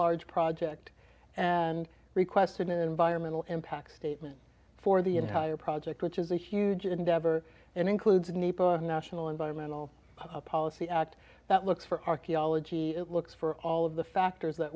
large project and requested an environmental impact statement for the entire project which is a huge endeavor and includes a nepa national environmental policy act that looks for archaeology it looks for all of the factors that